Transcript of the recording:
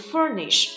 Furnish